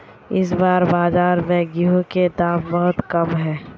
इस बार बाजार में गेंहू के दाम बहुत कम है?